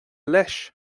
leis